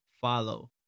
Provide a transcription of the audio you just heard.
follow